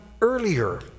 earlier